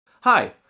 Hi